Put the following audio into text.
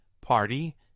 party